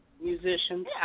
musicians